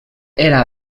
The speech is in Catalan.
era